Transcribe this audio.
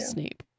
Snape